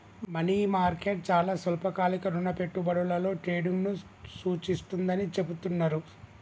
money market చాలా స్వల్పకాలిక రుణ పెట్టుబడులలో ట్రేడింగ్ను సూచిస్తుందని చెబుతున్నరు